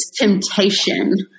temptation